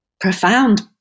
profound